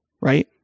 right